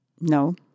No